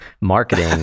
marketing